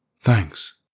Thanks